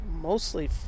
mostly